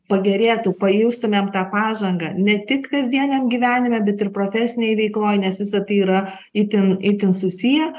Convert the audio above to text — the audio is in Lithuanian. pagerėtų pajustumem tą pažangą ne tik kasdieniam gyvenime bet ir profesinėj veikloj nes visa tai yra itin itin susiję